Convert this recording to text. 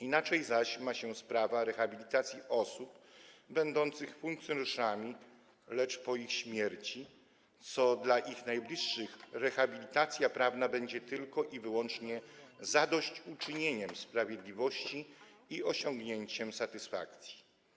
Inaczej zaś ma się sprawa rehabilitacji osób będących funkcjonariuszami, lecz po ich śmierci - dla ich najbliższych rehabilitacja prawna będzie tylko i wyłącznie zadośćuczynieniem sprawiedliwości i osiągnięciem satysfakcji.